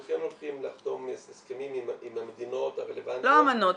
אנחנו כן הולכים לחתום הסכמים עם המדינות הרלוונטיות -- לא אמנות.